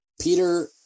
Peter